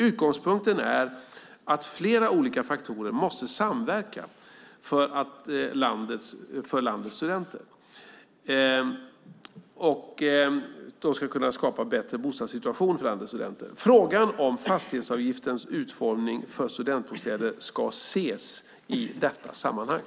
Utgångspunkten är att flera olika faktorer måste samverka för att skapa en bättre bostadssituation för landets studenter. Frågan om fastighetsavgiftens utformning för studentbostäder ska ses i detta sammanhang.